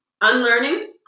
unlearning